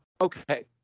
Okay